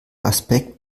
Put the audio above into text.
aspekt